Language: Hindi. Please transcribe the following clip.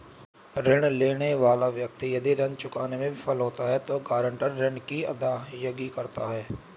ऋण लेने वाला व्यक्ति यदि ऋण चुकाने में विफल होता है तो गारंटर ऋण की अदायगी करता है